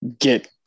Get